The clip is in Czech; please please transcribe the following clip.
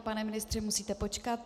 Pane ministře, musíte počkat.